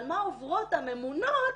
על מה עוברות הממונות,